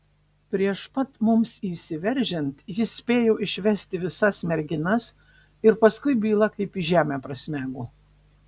prieš pat mums įsiveržiant jis spėjo išvesti visas merginas ir paskui byla kaip į žemę prasmego